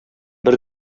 бер